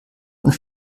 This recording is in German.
und